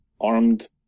armed